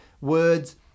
words